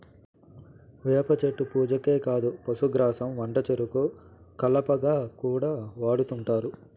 వేప చెట్టు పూజకే కాదు పశుగ్రాసం వంటచెరుకు కలపగా కూడా వాడుతుంటారు